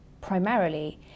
primarily